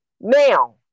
Now